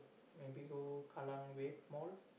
maybe go Kallang-Wave Mall